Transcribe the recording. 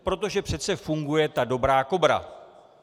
Protože přece funguje ta dobrá Kobra.